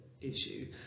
issue